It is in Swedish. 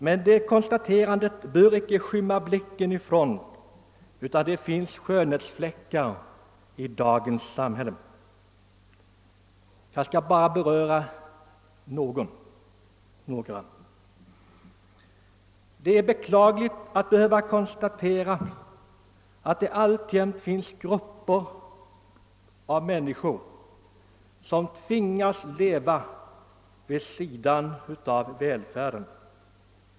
Men det konstaterandet bör icke skymma blicken ty det finns skönhetsfläckar i dagens samhälle. Jag skall i korthet beröra några. Det är beklagligt att behöva konstatera att det alltjämt finns grupper av människor som tvingas leva vid sidan av välfärden.